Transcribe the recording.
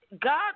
God